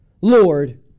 Lord